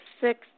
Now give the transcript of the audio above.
six